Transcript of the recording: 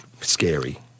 scary